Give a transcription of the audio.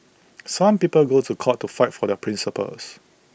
some people go to court to fight for their principles